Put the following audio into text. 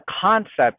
concept